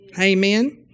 Amen